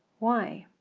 why?